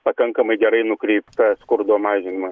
pakankamai gerai nukreipta skurdo mažinimui